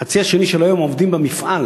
בחצי השני של היום עובדים במפעל,